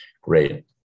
great